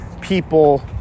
people